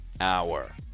hour